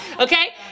okay